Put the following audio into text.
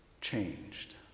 changed